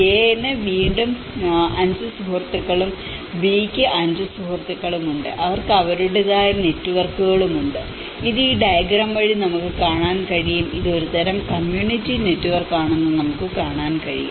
A ന് വീണ്ടും 5 സുഹൃത്തുക്കളും B യ്ക്ക് 5 സുഹൃത്തുക്കളും ഉണ്ട് അവർക്ക് അവരുടേതായ നെറ്റ്വർക്കുകളും ഉണ്ട് ഇത് ഈ ഡയഗ്രം വഴി നമുക്ക് കാണാൻ കഴിയും ഇത് ഒരു തരം കമ്മ്യൂണിറ്റി നെറ്റ്വർക്ക് ആണെന്ന് നമുക്ക് കാണാൻ കഴിയും